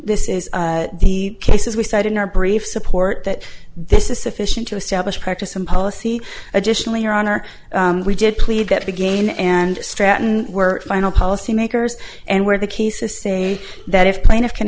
this is the cases we cite in our brief support that this is sufficient to establish practice and policy additionally your honor we did plead that again and stratton were final policy makers and where the cases say that if plaintiff can